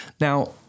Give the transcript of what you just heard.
Now